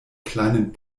kleinen